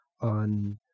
on